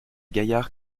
gaillard